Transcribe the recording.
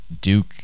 Duke